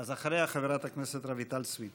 אחריה, חברת הכנסת רויטל סויד.